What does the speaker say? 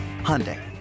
Hyundai